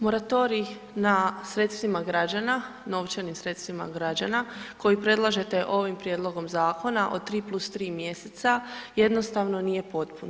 Moratorij na sredstvima građana, novčanim sredstvima građana, koji predlažete ovim prijedlogom zakona od 3+3 mjeseca jednostavno nije potpun.